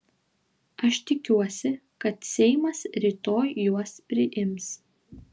aš tikiuosi kad seimas rytoj juos priims